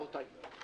רבותיי.